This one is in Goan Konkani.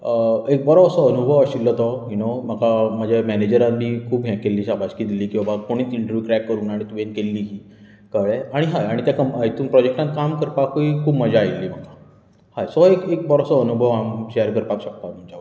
एक बरो असो अनुभव आशिल्लो तो यू नो म्हाका म्हज्या मॅनेजरान बी खूब हे केल्ली शाबासकी दिल्ली की बाबा कोणेच इंटरव्यू क्रेक करूंक ना आनी तुवेंन केल्ली ही कळ्ळें आनी हय त्या प्रॉजेक्टान काम करपाकूय खूब मजा आयल्ली म्हाका हय सो एक बरोसो अनूभव हांव शेयर करपाक शकता तुमचे बरोबर